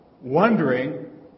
wondering